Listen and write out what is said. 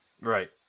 Right